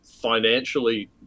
financially